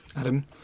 Adam